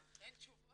להשאיר ככה.